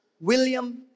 William